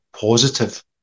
positive